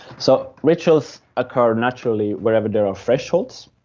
so rituals occur naturally wherever there are thresholds,